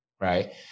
right